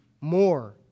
more